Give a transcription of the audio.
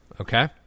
Okay